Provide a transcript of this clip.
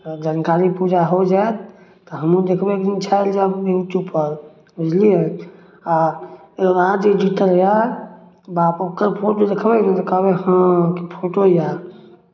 जानकारी पूरा हो जायत तऽ हमहूँ देखबै एक दिन छाएल जायब यूट्यूबपर बुझलियै आ एगो आर जे एडिटर यए बाप ओकर फोटो देखबै ने तऽ कहबै हँ की फोटो यए